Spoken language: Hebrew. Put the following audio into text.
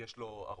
שיש לו הרבה.